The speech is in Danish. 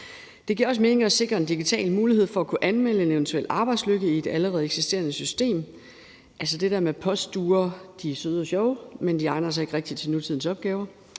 Det giver også mening at sikre en digital mulighed for at kunne anmelde en eventuel arbejdsulykke i det allerede eksisterende system; altså, postduer er søde og sjove, men de egner sig ikke rigtig til nutidens opgaver.